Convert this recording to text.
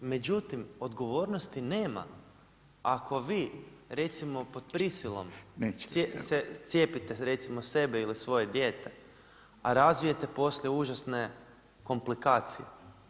Međutim, odgovornosti nema, ako vi recimo pod prisilom cijepite sebe ili svoje dijete, a razvijete poslije užasne komplikacije.